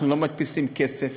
אנחנו לא מדפיסים כסף,